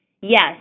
Yes